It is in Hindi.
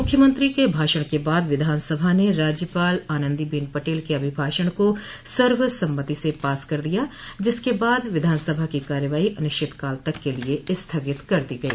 मुख्यमंत्री के भाषण के बाद विधानसभा ने राज्यपाल आनन्दीबेन पटेल के अभिभाषण को सर्वसम्मति से पास कर दिया जिसके बाद विधानसभा की कार्यवाही अनिश्चितकाल तक के लिये स्थगित कर दी गई